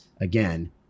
again